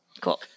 Cool